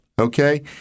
Okay